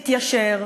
להתיישר,